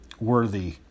worthy